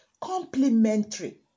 complementary